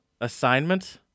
Assignment